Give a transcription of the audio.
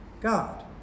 God